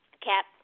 Cap